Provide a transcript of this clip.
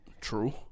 True